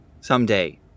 Someday